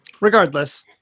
Regardless